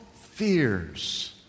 fears